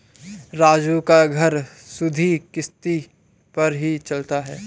राजू का घर सुधि किश्ती पर ही चलता है